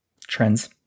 Trends